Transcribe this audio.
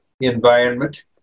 environment